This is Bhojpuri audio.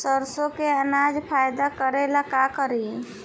सरसो के अनाज फायदा करेला का करी?